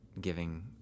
giving